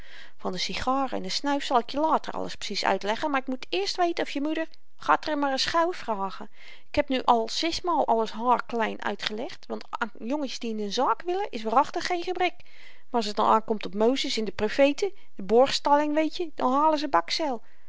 van de sigaren en de snuif zal ik je later alles precies uitleggen maar ik moet eerst weten of je moeder ga t r maar ns gauw vragen ik heb nu al zesmaal alles haarklein uitgelegd want aan jongetjes die in n zaak willen is waarachtig geen gebrek maar als t dan aankomt op mozes en de profeten de borgstelling weetje dan halen ze bakzeil